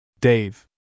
Dave